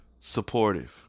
supportive